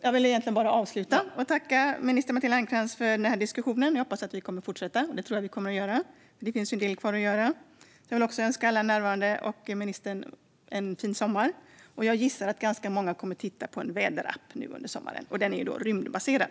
Jag tackar minister Matilda Ernkrans för diskussionen. Jag hoppas att vi kommer att fortsätta; det tror jag att vi kommer att göra. Det finns ju en del kvar att göra. Jag vill också önska alla närvarande och ministern en fin sommar. Jag gissar att ganska många kommer att titta på en väderapp nu under sommaren, och den är förstås rymdbaserad.